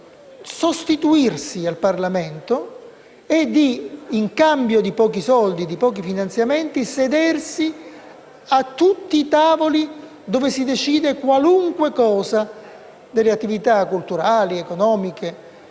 a sostituirsi al Parlamento e, in cambio di pochi soldi e pochi finanziamenti, a sedersi a tutti i tavoli in cui si decida qualunque cosa a proposito delle attività culturali, economiche